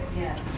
Yes